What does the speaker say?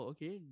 Okay